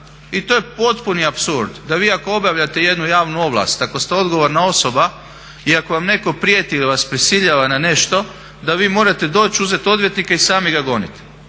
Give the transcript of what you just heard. I to je potpuni apsurd da vi ako obavljate jednu javnu ovlast, ako ste odgovorna osoba i ako vam netko prijeti ili vas prisiljava na nešto da vi morate doći, uzeti odvjetnika i sami ga goniti.